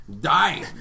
die